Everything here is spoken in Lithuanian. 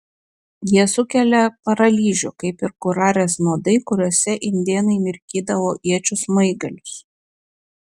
jie sukelia paralyžių kaip ir kurarės nuodai kuriuose indėnai mirkydavo iečių smaigalius